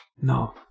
no